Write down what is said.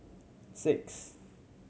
six